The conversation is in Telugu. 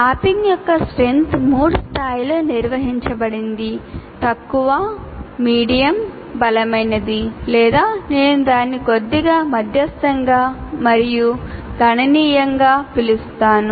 మ్యాపింగ్ యొక్కstrength 3 స్థాయిలలో నిర్వచించబడింది తక్కువ 1 మీడియం 2 బలమైనది 3 లేదా నేను దానిని కొద్దిగా మధ్యస్తంగా మరియు గణనీయంగా పిలుస్తాను